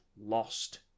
lost